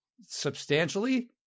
substantially